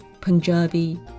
Punjabi